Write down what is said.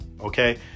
okay